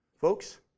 Folks